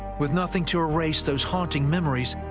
with nothing to erase those haunting memories,